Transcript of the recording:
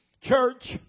Church